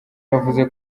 yavuze